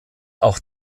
auch